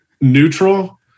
neutral